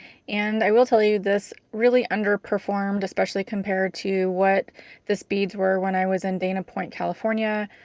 and i will tell you, this really underperformed especially compared to what the speeds were when i was in dana point, california,